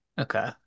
Okay